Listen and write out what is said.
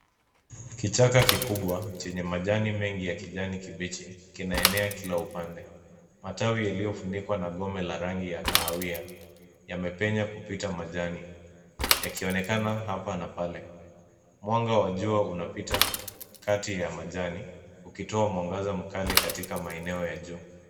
Kichaka kikubwa chenye majani mengi ya kijani kibichi kinaenea kila upande. Matawi yaliyofunikwa na gome la rangi ya kahawia yamepenya kupita majani yakionekana hapa na pale. Mwanga wa jua unapita kati ya majani ukitoa mwangaza mkali katika maeneo ya juu.